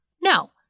No